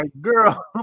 girl